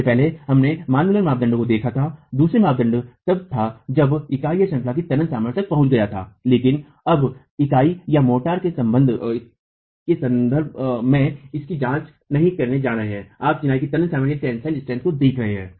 इससे पहले हमने मान मुलर मानदंड में देखा था दूसरा मापदंड तब था जब इकाईश्रंखला की तनन सामर्थ्य तक पहुँच गया था लेकिन अब आप इकाई या मोर्टार के संदर्भ में इसकी जांच नहीं करने जा रहे हैं आप चिनाई की तनन सामर्थ्यको देख रहे हैं